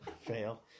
Fail